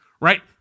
Right